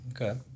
Okay